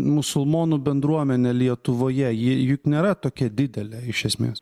musulmonų bendruomenė lietuvoje ji juk nėra tokia didelė iš esmės